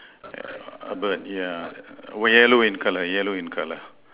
err but ya yellow in color yellow in color